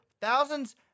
Thousands